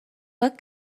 what